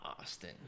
Austin